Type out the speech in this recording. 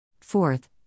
Fourth